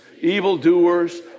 evildoers